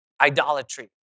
idolatry